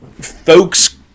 folks